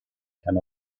can